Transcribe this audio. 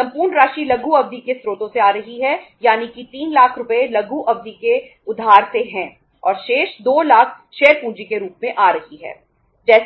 संपूर्ण राशि लघु अवधि के स्रोतों से आ रही है यानी कि 3 लाख रुपये लघु अवधि के उधार से है और शेष 2 लाख शेयर को फिर से